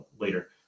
later